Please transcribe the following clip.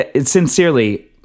Sincerely